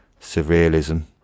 surrealism